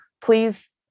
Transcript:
please